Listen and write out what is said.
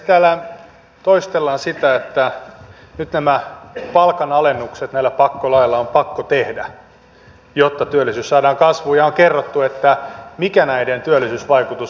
täällä toistellaan sitä että nyt nämä palkanalennukset näillä pakkolaeilla on pakko tehdä jotta työllisyys saadaan kasvuun ja on kerrottu mikä näiden työllisyysvaikutus on